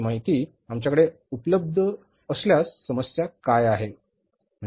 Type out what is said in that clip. ही माहिती आमच्याकडे अगोदर उपलब्ध असल्यास समस्या काय आहे